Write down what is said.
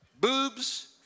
boobs